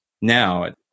now